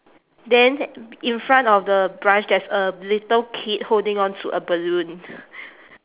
then in front of the branch there's a little kid holding on to a balloon